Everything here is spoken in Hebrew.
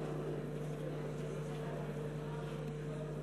על ההצהרה)